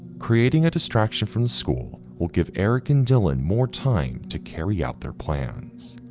creating a distraction from school will give eric and dylan more time to carry out their plans.